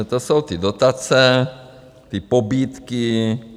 To jsou ty dotace, ty pobídky.